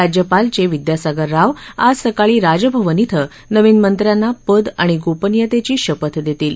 राज्यपाल चे विद्यासागर राव आज सकाळी राजभवन क्रें नवीन मंत्र्यांना पद आणि गोपनियतेची शपथ देतील